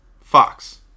Fox